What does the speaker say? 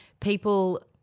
people